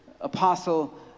Apostle